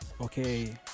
okay